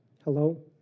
Hello